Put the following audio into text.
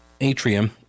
Atrium